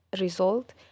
result